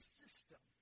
system